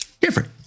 different